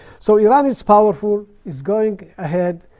so iran is powerful, is going ahead.